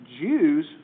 Jews